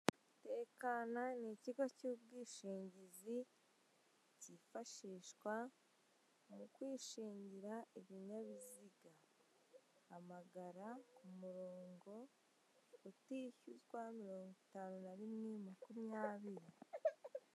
Tekana ni ikigo cy'ubwishingizi cyifashishwa mu kwishingira ibinyabiziga. Hamagara ku murongo utishyuzwa mirongo itanu na rimwe, makumyabiri.